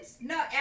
no